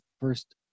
first